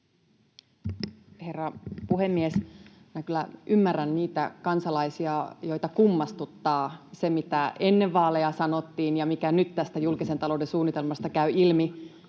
herra puhemies! Minä kyllä ymmärrän niitä kansalaisia, joita kummastuttaa se, mitä ennen vaaleja sanottiin ja mikä nyt tästä julkisen talouden suunnitelmasta käy ilmi.